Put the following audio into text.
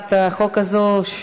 הצעת החוק הזאת,